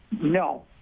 No